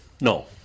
No